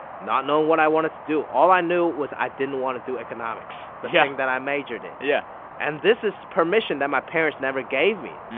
not knowing what i wanted to do all i knew was i didn't want to do economics, the yeah thing that i majored in. yeah and this is permission that my parents never gave me.